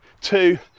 two